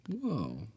Whoa